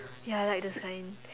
ya like the sign